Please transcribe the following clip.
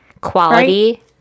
Quality